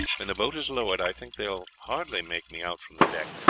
when the boat is lowered i think they will hardly make me out from the deck,